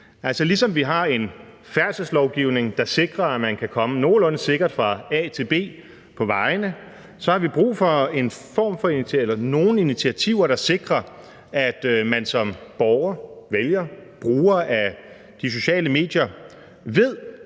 Ligesom vi har en færdselslovgivning, der sikrer, at man kan komme nogenlunde sikkert fra A til B på vejene, så har vi brug for nogle initiativer, der sikrer, at man som borger, vælger, bruger af de sociale medier ved,